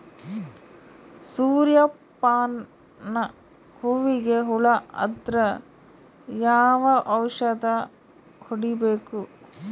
ಸೂರ್ಯ ಪಾನ ಹೂವಿಗೆ ಹುಳ ಆದ್ರ ಯಾವ ಔಷದ ಹೊಡಿಬೇಕು?